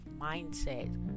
mindset